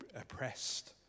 oppressed